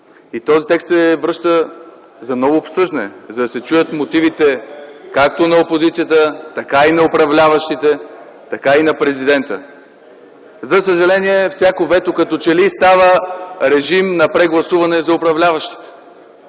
Този текст се връща за ново обсъждане (шум и реплики от ГЕРБ), за да се чуят мотивите както на опозицията, така и на управляващите, така и на президента. За съжаление всяко вето като че ли става режим на прегласуване за управляващите.